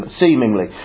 seemingly